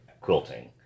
quilting